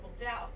doubt